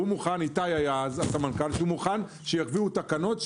שהוא מוכן אז איתי היה הסמנכ"ל שיביאו תקנות,